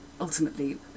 ultimately